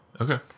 Okay